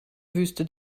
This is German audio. wüste